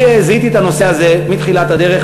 אני זיהיתי את הנושא הזה מתחילת הדרך,